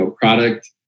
product